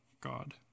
God